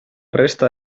resta